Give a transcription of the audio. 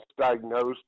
diagnosed